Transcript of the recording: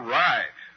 right